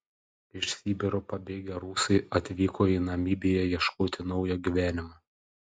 iš sibiro pabėgę rusai atvyko į namibiją ieškoti naujo gyvenimo